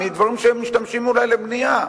מדברים שמשתמשים בהם אולי לבנייה.